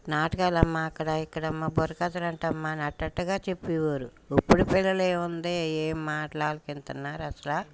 నాటకాలమ్మా అక్కడా ఇక్కడమ్మ బుర్రకథలు అంటమ్మా అలా అలా చెప్పే వారు ఇప్పుడు పిల్లలు ఏముంది ఏం మాటలు ఆలకిస్తున్నారు అసలు